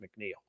McNeil